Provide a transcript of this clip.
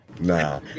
Nah